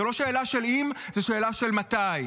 זאת לא שאלה של אם, זאת שאלה של מתי.